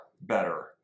better